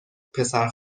پسر